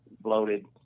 bloated